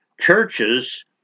churches